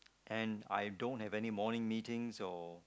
and I don't have any morning meetings or